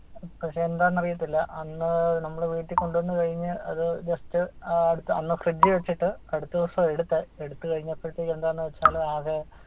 പക്ഷേ എന്താണെന്ന് അറിയില്ല അന്ന് നമ്മൾ വീട്ടിൽ കൊണ്ടുവന്ന് കഴിഞ്ഞ് അത് ജസ്റ്റ് അടുത്ത് അന്ന് ഫ്രിഡ്ജിൽ വെച്ചിട്ട് അടുത്ത ദിവസം ആണ് എടുത്തത് എടുത്ത് കഴിഞ്ഞപ്പോഴത്തേക്കും എന്താണെന്ന് വെച്ചാൽ ആകെ